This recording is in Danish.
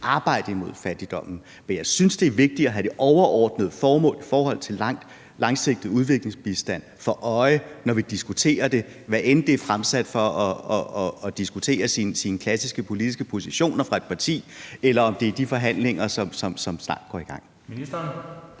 arbejde imod fattigdommen. Men jeg synes, det er vigtigt at have det overordnede formål i forhold til den langsigtede udviklingsbistand for øje, når vi diskuterer det, hvad enten det er fremsat for at diskutere sine klassiske politiske positioner fra et partis side, eller det er de forhandlinger, som snart går i gang.